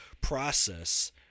process